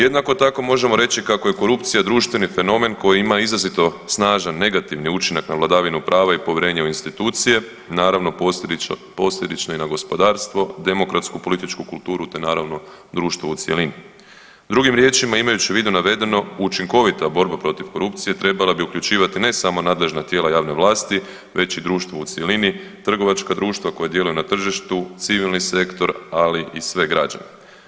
Jednako tako možemo reći kako je korupcija društveni fenomen koji ima izrazito snažan negativni učinak na vladavinu prava i povjerenje u institucija, naravno posljedično i na gospodarstvo, demokratsku političku kulturu te naravno društvo u cjelini, drugim riječima imajući u vidu navedeno učinkovita borba protiv korupcije trebala bi uključivati ne samo nadležna tijela javne vlasti već i društvo u cjelini, trgovačka društva koja djeluju na tržištu, civilni sektor ali i sve građane.